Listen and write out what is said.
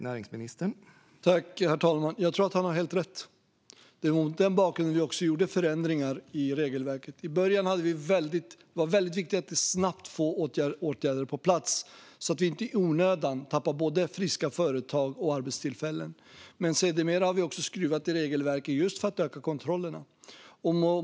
Herr talman! Jag tror att han har helt rätt. Det var också mot den bakgrunden vi gjorde förändringar i regelverket. I början var det väldigt viktigt att snabbt få åtgärder på plats så att vi inte i onödan tappade både friska företag och arbetstillfällen. Sedermera har vi skruvat i regelverket just för att öka kontrollerna.